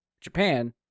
Japan